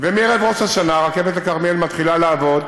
מערב ראש השנה הרכבת לכרמיאל מתחילה לעבוד.